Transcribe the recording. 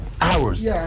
hours